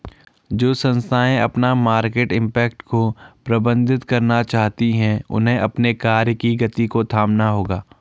जो संस्थाएं अपना मार्केट इम्पैक्ट को प्रबंधित करना चाहती हैं उन्हें अपने कार्य की गति को थामना होगा